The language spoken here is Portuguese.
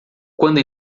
quando